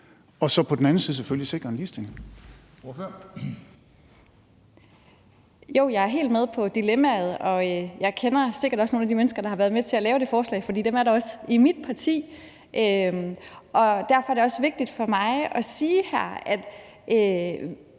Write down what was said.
Kristensen): Ordføreren. Kl. 13:50 Lotte Rod (RV): Jo, jeg er helt med på dilemmaet, og jeg kender sikkert også nogle af de mennesker, der har været med til at lave det forslag, for dem er der også i mit parti. Derfor er det også vigtigt for mig at sige her, at